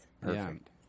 Perfect